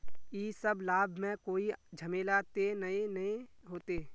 इ सब लाभ में कोई झमेला ते नय ने होते?